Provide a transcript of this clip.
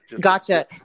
Gotcha